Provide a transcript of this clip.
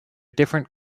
different